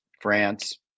France